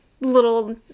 little